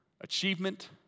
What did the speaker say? achievement